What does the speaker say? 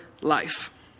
life